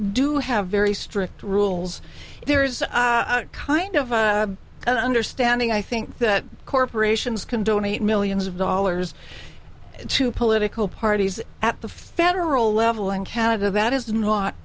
do have very strict rules there's kind of an understanding i think that corporations can donate millions of dollars to political parties at the federal level in canada that is